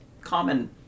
common